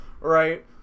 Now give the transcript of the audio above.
right